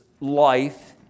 life